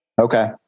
Okay